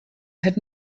had